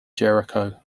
jericho